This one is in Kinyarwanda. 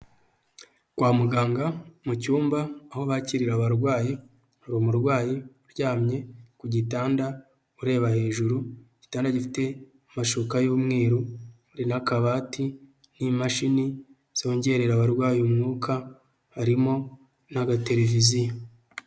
Kwa muganga mu cyumba aho bakirira abarwayi, hari umurwayi uryamye ku gitanda ureba hejuru, igitanda gifite amashuka y'umweru n'akabati nk'imashini zongerera abarwayi umwuka, harimo n'agatereviziyo.